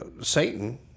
Satan